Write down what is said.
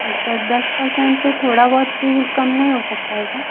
जी sir दस percent से थोड़ा बहुत भी कम नहीं हो सकता है क्या